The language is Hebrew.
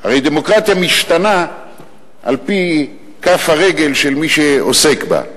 הרי דמוקרטיה משתנה על-פי כף הרגל של מי שעוסק בה.